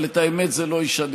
אבל את האמת זה לא ישנה,